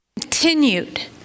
continued